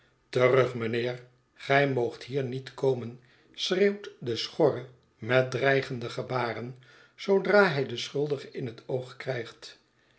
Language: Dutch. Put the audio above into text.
terug mijnheer gij moogt hier niet komen schreeuwt de schorre met dreigende gebaren zoodra hij den schuldige in het oog krijgt